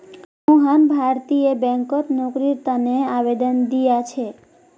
मोहन भारतीय बैंकत नौकरीर तने आवेदन दिया छे